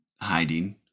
hiding